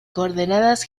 coordenadas